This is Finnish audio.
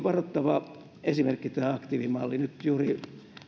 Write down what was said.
varoittava esimerkki tämä aktiivimalli nyt juuri